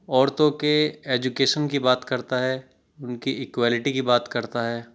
عورتوں کے ایجوکیشن کی بات کرتا ہے ان کی ایکولیٹی کی بات کرتا ہے